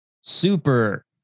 super